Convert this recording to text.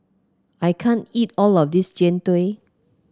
I can't eat all of this Jian Dui